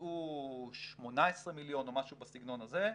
בוצעו 18 מיליון או משהו בסגנון הזה.